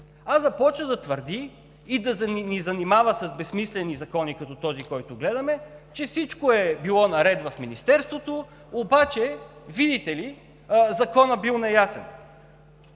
а започна да твърди и да ни занимава с безсмислени закони, като този, който гледаме, че всичко е било наред в Министерството, обаче, видите ли, Законът бил неясен.